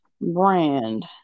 brand